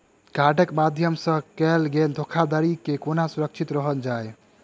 कार्डक माध्यम सँ कैल गेल धोखाधड़ी सँ केना सुरक्षित रहल जाए?